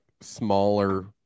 smaller